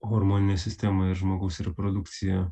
hormoninę sistemą ir žmogaus ir reprodukciją